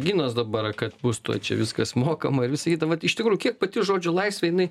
ginas dabar kad bus tuoj čia viskas mokama ir visa kita vat iš tikrųjų kiek pati žodžio laisvė jinai